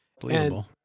Believable